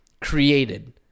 created